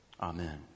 Amen